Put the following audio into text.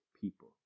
people